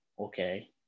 okay